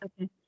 Okay